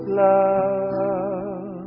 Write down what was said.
love